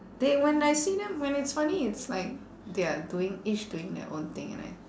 they when I see them when it's funny it's like they are doing each doing their own thing like that